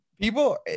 People